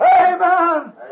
Amen